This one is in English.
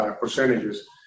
percentages